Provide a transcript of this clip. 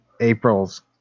April's